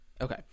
Okay